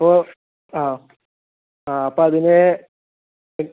ഇപ്പോൾ ആ ആ അപ്പോൾ അതിന്